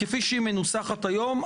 כפי שהיא מנוסחת היום,